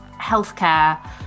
healthcare